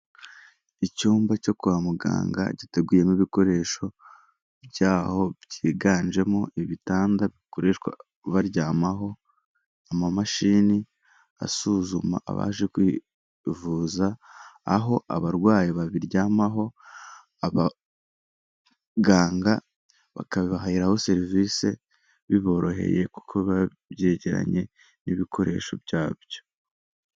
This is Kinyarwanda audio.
Icyumba cyo kwa muganga giteguyemo ibikoresho byaho byiganjemo ibitanda bikoreshwa baryamaho, amamashini asuzuma abaje kwivuza, aho abarwayi babiryamaho, abaganga bakabaheraho serivisi biboroheye kuko biba byegeranye n'ibikoresho byabyo.